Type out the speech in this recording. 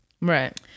Right